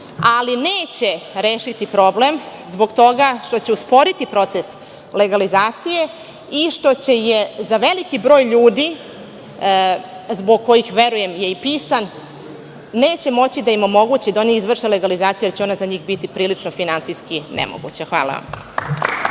ali neće rešiti problem zbog toga što će usporiti proces legalizacije i što će je za veliki broj ljudi zbog kojih je verujem i pisan, neće moći da im omogući da oni izvrše legalizaciju, jer će ona za njih biti prilično finansijski nemoguća. Hvala.